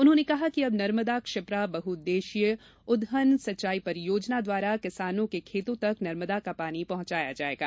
उन्होंने कहा कि अब नर्मदा क्षिप्रा बहुउद्देशीय उद्वहन सिंचाई परियोजना द्वारा किसानों के खेतों तक नर्मदा का पानी पहुंचाया जाएगा